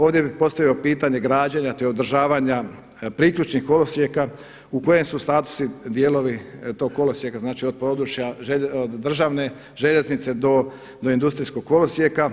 Ovdje bi postavio pitanje građenja, te održavanja priključnih kolosijeka u kojem su statusu dijelovi tog kolosijeka, znači od područja državne željeznice do industrijskog kolosijeka?